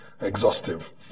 exhaustive